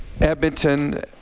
Edmonton